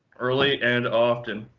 early and often.